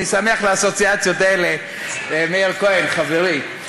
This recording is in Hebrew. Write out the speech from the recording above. אני שמח לאסוציאציות האלה, מאיר כהן, חברי.